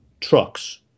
trucks